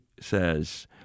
says